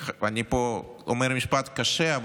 ואני אומר פה משפט קשה,